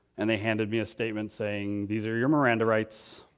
and they handed me a statement saying, these are your miranda rights.